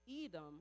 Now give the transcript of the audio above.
Edom